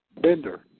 Bender